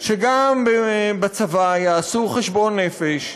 שגם בצבא יעשו חשבון נפש,